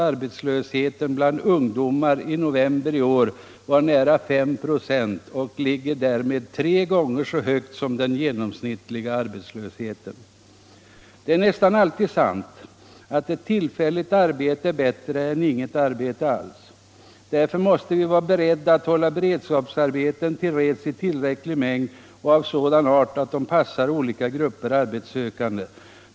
Arbetslösheten bland ungdomar var i november i år nära 5 26 och var därmed tre gånger så hög som den genomsnittliga arbetslösheten. Det är nästan alltid sant att ett tillfälligt arbete är bättre än inget arbete alls. Därför måste vi vara beredda att tillhandahålla beredskapsarbeten i tillräcklig mängd och av sådan art att de passar olika grupper arbetssökande.